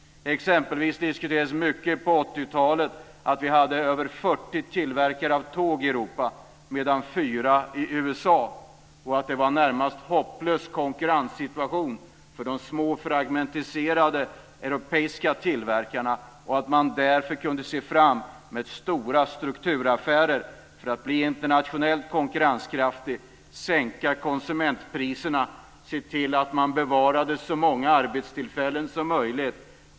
På 80-talet fanns det över 40 tillverkare av tåg i Europa medan det fanns fyra tillverkare i USA. Konkurrenssituationen var i det närmaste hopplös för de små, framgmentiserade europeiska tillverkarna. Därmed kunde man förutse stora strukturförändringar för att företagen skulle bli internationellt konkurrenskraftiga, för att sänka konsumentpriserna och för att se till att bevara så många arbetstillfällen som möjligt.